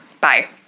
Bye